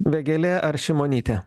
vėgėlė ar šimonytė